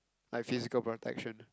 like physical protection